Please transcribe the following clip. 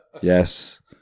Yes